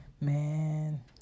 man